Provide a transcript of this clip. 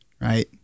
right